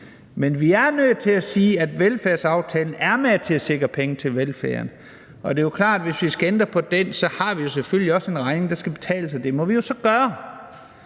Men vi er nødt til at sige, at velfærdsaftalen er med til at sikre penge til velfærden, og det er jo klart, at hvis vi skal ændre på den, har vi selvfølgelig også en regning, der skal betales, og det må vi jo så gøre,